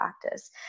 practice